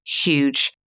huge